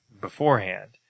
beforehand